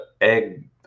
egg